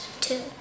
Two